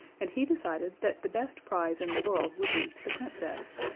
and he decided that the best prize in the world would be the princess,